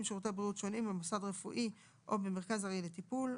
שירותי בריאות שונים במוסד רפואי או במרכז ארעי לטיפול,